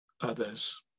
others